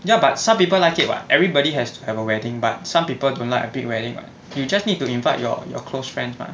ya but some people like it [what] everybody has to have a wedding but some people don't like a big wedding you just need to invite your your close friends mah